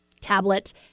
tablet